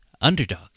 underdog